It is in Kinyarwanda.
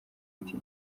iti